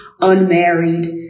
unmarried